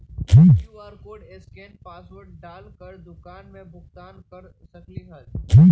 QR code scan password डाल कर दुकान में भुगतान कर सकलीहल?